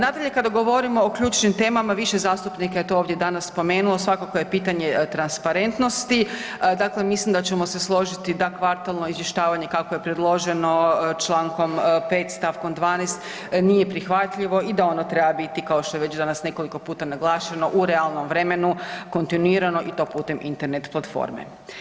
Nadalje kada govorimo o ključnim temama, više zastupnika je to ovdje danas spomenulo, svakako je pitanje transparentnosti, dakle mislim da ćemo se složiti da kvartalno izvještavanje kako je predloženo čl. 5. stavkom 12. nije prihvatljivo da ono treba biti kao što je već danas nekoliko puta naglašeno u realnom vremenu kontinuirano i to putem Internet platforme.